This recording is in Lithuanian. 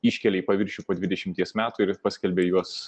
iškelia į paviršių po dvidešimties metų ir paskelbia juos